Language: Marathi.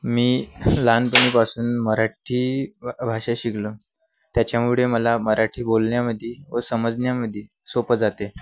मी लहानपणापासून मराठी भाषा शिकलो त्याच्यामुळे मला मराठी बोलण्यामध्ये व समजण्यामध्ये सोपं जाते